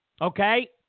Okay